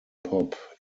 pop